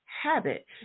habit